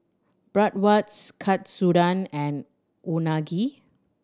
Bratwurst Katsudon and Unagi